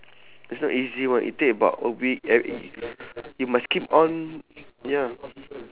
it's not easy [one] it take about a week every~ you must keep on ya